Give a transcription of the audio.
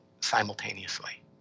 simultaneously